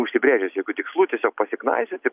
užsibrėžęs jokių tikslų tiesiog pasiknaisioti